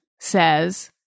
says